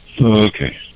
Okay